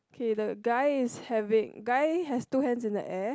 okay the guy is having guy has two hands in the air